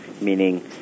meaning